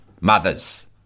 mothers